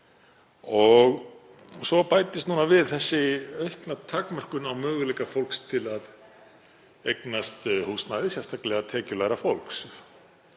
og nú bætist við þessi aukna takmörkun á möguleika fólks til að eignast húsnæði, sérstaklega tekjulægra fólks.